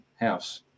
house